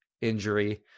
injury